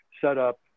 setup